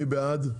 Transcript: מי בעד?